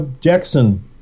Jackson